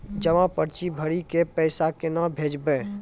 जमा पर्ची भरी के पैसा केना भेजबे?